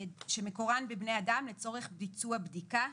שמקורן בבני אדם לצורך ביצוע בדיקת קורונה,